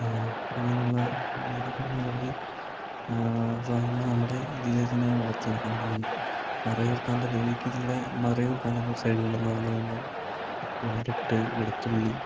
അങ്ങനെയുള്ള നിരവധി നിരവധി സാധനങ്ങള് നമ്മുടെ ജില്ലയിൽ തന്നെ വളർത്തിയെടുക്കാൻ പറ്റുന്നുണ്ട് മറയൂർ കാന്തന്നൂര് ഇടുക്കി ജില്ലയുടെ മറയൂർ കാന്തന്നൂര് സൈഡുകുകളെന്ന് പറഞ്ഞ് കഴിഞ്ഞാൽ ക്യാരറ്റ് വെളുത്തുള്ളി